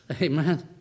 Amen